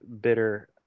bitter